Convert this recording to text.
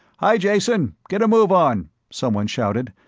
hi, jason, get a move on, someone shouted,